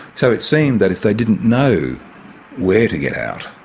so it seemed that if they didn't know where to get out